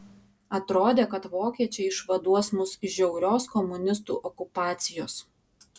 atrodė kad vokiečiai išvaduos mus iš žiaurios komunistų okupacijos